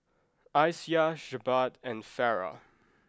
Aisyah Jebat and Farah